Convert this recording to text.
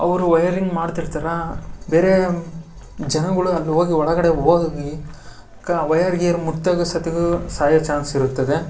ಅವರು ವಯರಿಂಗ್ ಮಾಡ್ತಿರ್ತಾರೆ ಬೇರೆ ಜನಗಳು ಅಲ್ಲಿ ಹೋಗಿ ಒಳಗಡೆ ಹೋಗಿ ಕ್ ವಯರ್ ಗಿಯರ್ ಮುಟ್ದಾಗ್ಲೂ ಸತ್ಗೂ ಸಾಯೋ ಚಾನ್ಸ್ ಇರುತ್ತದೆ